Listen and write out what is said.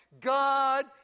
God